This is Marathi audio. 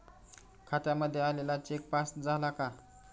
खात्यामध्ये आलेला चेक पास झाला का?